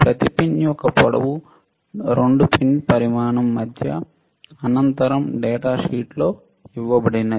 ప్రతి పిన్ యొక్క పొడవు 2 పిన్స్ పరిమాణం మధ్య అంతరం డేటా షీట్లో ఇవ్వబడినది